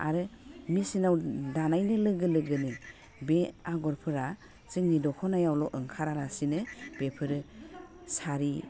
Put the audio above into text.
आरो मिचिनाव दानायनो लोगो लोगोनो बे आग'रफोरा जोंनि दख'नायावल' ओंखारा लासिनो बेफोरो सारि